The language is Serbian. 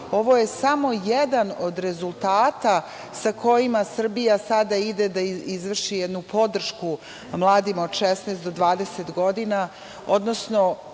ovo samo jedan od rezultata sa kojima Srbija sada ide da izvrši jednu podršku mladima od 16 do 29 godina, odnosno